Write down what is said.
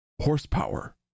horsepower